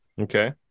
Okay